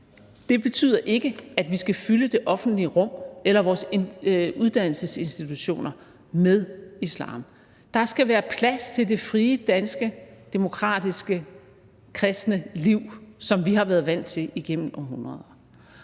det betyder ikke, at vi skal fylde det offentlige rum eller vores uddannelsesinstitutioner med islam. Der skal være plads til det frie danske demokratiske, kristne liv, som vi har været vant til igennem århundreder.